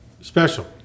Special